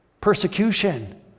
persecution